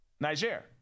Niger